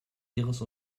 ihres